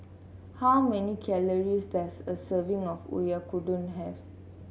how many calories does a serving of Oyakodon have